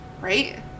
Right